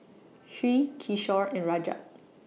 Hri Kishore and Rajat